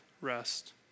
rest